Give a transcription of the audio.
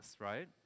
right